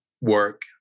work